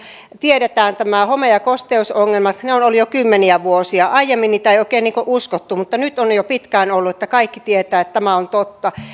tiedetään että home ja kosteusongelmat ovat olleet jo kymmeniä vuosia aiemmin niitä ei oikein uskottu mutta nyt on jo pitkään ollut niin että kaikki tietävät että tämä on totta